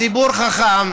הציבור חכם.